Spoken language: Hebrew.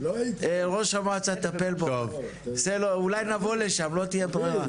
ראש המועצה תטפל בו אולי נבוא לשם לא תהיה ברירה.